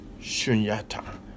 Shunyata